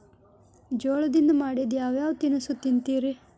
ಜೋಳದಿಂದ ಮಾಡಿದ ಯಾವ್ ಯಾವ್ ತಿನಸು ತಿಂತಿರಿ?